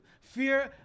Fear